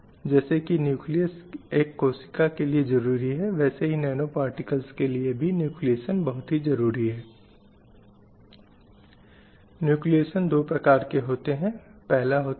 अब महिलाओं की भी इस समाज में एक अधीनस्थ की भूमिका को स्वीकार करने के लिए सांस्कृतिक रूप से अनुकूलितकंडीशनिंग की गई है